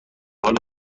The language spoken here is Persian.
حال